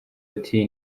ati